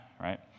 right